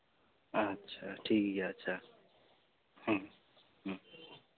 ᱟᱪᱪᱷᱟ ᱴᱷᱤᱠ ᱜᱮᱭᱟ ᱟᱪᱪᱷᱟ ᱦᱮᱸ ᱦᱮᱸ